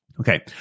Okay